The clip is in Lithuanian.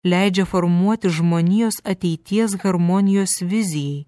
leidžia formuoti žmonijos ateities harmonijos vizijai